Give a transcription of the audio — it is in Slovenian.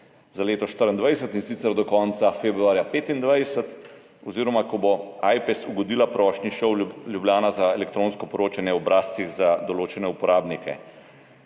za leto 2024, in sicer do konca februarja 2025 oziroma ko bo Ajpes ugodil prošnji ŠOU Ljubljana za elektronsko poročanje o obrazcih za določene uporabnike.